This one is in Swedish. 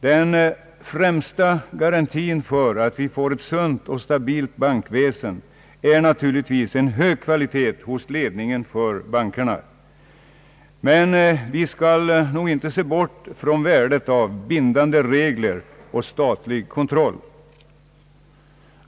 Den främsta garantin för att vi får ett sunt och stabilt bankväsende är naturligtvis en hög kvalitet hos ledningen för bankerna. Men vi skall nog inte se bort från värdet av bindande regler och statlig kontroll.